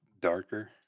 darker